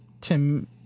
Tim